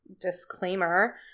disclaimer